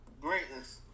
greatness